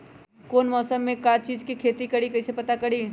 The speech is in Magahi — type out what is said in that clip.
कौन मौसम में का चीज़ के खेती करी कईसे पता करी?